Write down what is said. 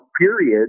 period